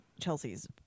Chelsea's